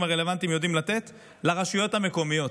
הרלוונטיים יודעים לתת לרשויות המקומיות,